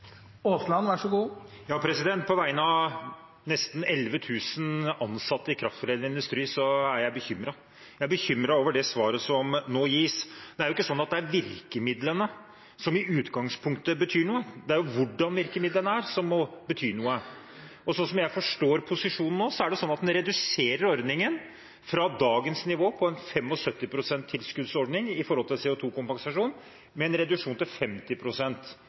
På vegne av nesten 11 000 ansatte i kraftforedlende industri er jeg bekymret. Jeg er bekymret over det svaret som nå gis. Det er jo ikke sånn at det er virkemidlene som i utgangspunktet betyr noe. Det er hvordan virkemidlene er som må bety noe. Slik jeg forstår posisjonen nå, reduserer en ordningen fra dagens nivå, med en 75 pst. tilskuddsordning i forhold til en CO 2 -kompensasjon, til